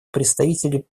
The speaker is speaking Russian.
представители